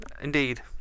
indeed